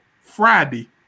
friday